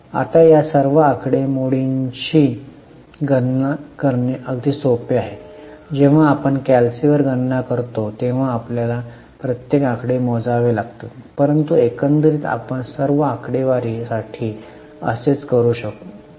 आता या सर्व आकडेमोडांची गणना करणे अगदी सोपे आहे जेव्हा आपण कॅल्सी वर गणना करता तेव्हा आपल्याला प्रत्येक आकडे मोजावे लागतात परंतु एकंदरीत आपण सर्व आकडेवारी साठी असेच करू शकू